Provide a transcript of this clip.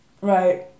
Right